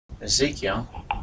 Ezekiel